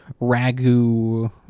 ragu